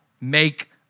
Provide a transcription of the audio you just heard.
make